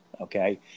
Okay